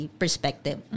perspective